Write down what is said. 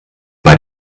bei